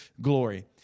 glory